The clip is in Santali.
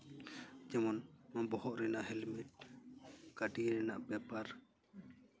ᱡᱮᱢᱚᱱ ᱵᱚᱦᱚᱜ ᱨᱮᱱᱟᱜ ᱦᱮᱞᱢᱮᱴ ᱜᱟᱹᱰᱤ ᱨᱮᱱᱟᱜ ᱯᱮᱯᱟᱨ